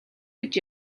гэж